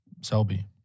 Selby